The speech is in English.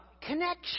connection